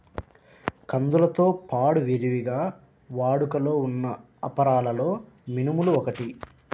కందులతో పాడు విరివిగా వాడుకలో ఉన్న అపరాలలో మినుములు ఒకటి